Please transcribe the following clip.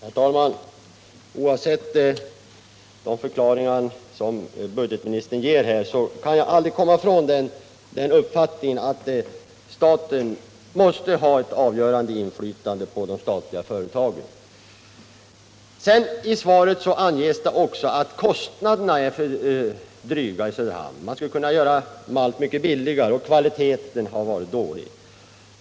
Nr 29 Herr talman! Oavsett vilka förklaringar som budgetministern ger kan Torsdagen den jag aldrig komma ifrån uppfattningen att staten måste ha ett avgörande 17 november 1977 inflytande på de statliga företagen. I svaret anges att kostnaderna är för dryga i Söderhamn — man skulle Om bibehållande kunna göra malt billigare — och att kvaliteten har varit dålig.